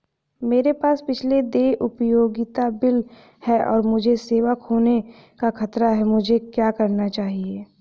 मेरे पास पिछले देय उपयोगिता बिल हैं और मुझे सेवा खोने का खतरा है मुझे क्या करना चाहिए?